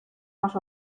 más